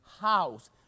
house